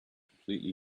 completely